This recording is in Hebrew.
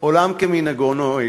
"עולם כמנהגו נוהג",